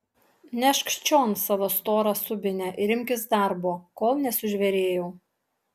nešk čion savo storą subinę ir imkis darbo kol nesužvėrėjau